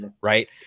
right